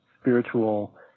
spiritual